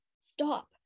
stop